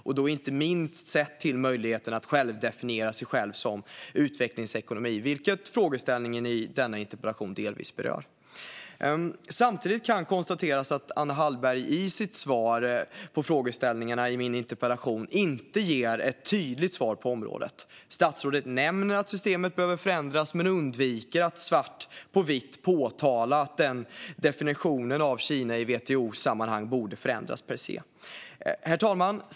Det gäller inte minst möjligheten att definiera sig själv som utvecklingsekonomi, vilket frågeställningen i denna interpellation delvis berör. Samtidigt kan konstateras att Anna Hallberg inte ger ett tydligt svar på frågeställningarna i min interpellation. Statsrådet nämner att systemet behöver förändras men undviker att svart på vitt påpeka att definitionen av Kina i WTO-sammanhang per se borde förändras. Herr talman!